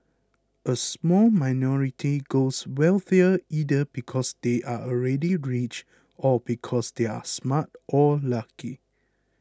a small minority grows wealthier either because they are already rich or because they are smart or lucky